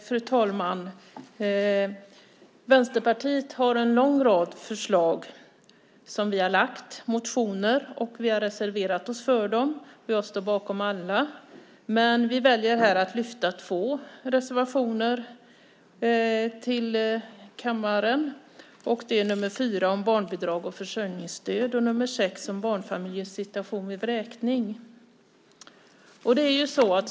Fru talman! Vänsterpartiet har en lång rad förslag som vi har lagt i motioner, och vi har reserverat oss för dem. Jag står bakom alla, men jag väljer här att lyfta fram två reservationer till kammaren. Det är nr 4 om barnbidrag och försörjningsstöd och nr 6 om barnfamiljers situation vid vräkning.